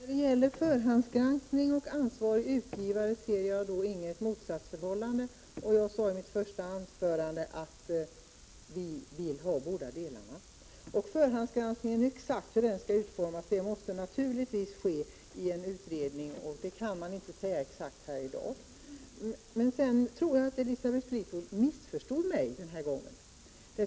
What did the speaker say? Herr talman! När det gäller förhandsgranskning och detta med en ansvarig utgivare ser jag inget motsatsförhållande. Jag sade i mitt första anförande att vi vill ha båda delarna. Exakt hur förhandsgranskningen skall vara utformad måste naturligtvis fastställas i en utredning. Det kan vi alltså inte exakt uttala oss om här i dag. Jag tror att Elisabeth Fleetwood missförstod mig den här gången.